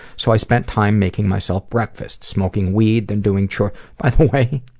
so i spent time making myself breakfast, smoking weed, then doing chores by the way,